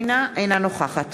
אינה נוכחת